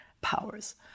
powers